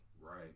Right